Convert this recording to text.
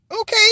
Okay